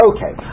Okay